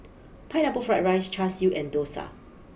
Pineapple Fried Rice Char Siu and Dosa